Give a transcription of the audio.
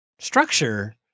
Structure